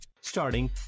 Starting